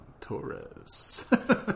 Torres